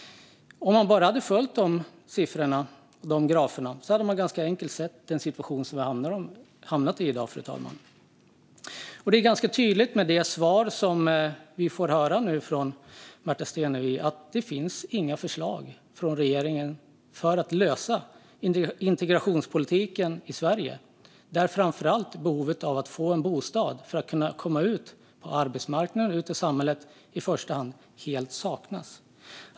Om man bara hade följt de siffrorna och de graferna hade man kanske enkelt sett den situation vi i dag hamnat i, fru talman. Det är ganska tydligt med det svar vi nu får höra från Märta Stenevi att det inte finns några förslag från regeringen för att lösa integrationspolitiken i Sverige. Det gäller framför allt behovet av en bostad för att kunna komma ut på arbetsmarknaden och i samhället, där förslag helt saknas.